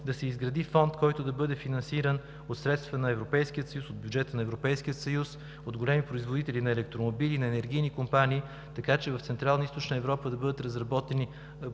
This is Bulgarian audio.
да се изгради фонд, който да бъде финансиран със средства от бюджета на Европейския съюз, от големи производители на електромобили, на енергийни компании, така че в Централна и Източна Европа да бъде